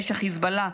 אש החיזבאללה,